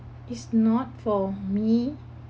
it's not for me